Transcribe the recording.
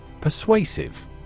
Persuasive